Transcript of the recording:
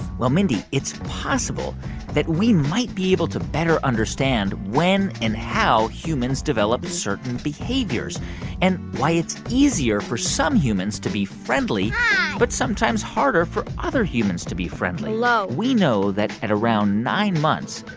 well, mindy, it's possible that we might be able to better understand when and how humans develop certain behaviors and why it's easier for some humans to be friendly but sometimes harder for other humans to be friendly. we know that at around nine months,